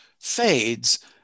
fades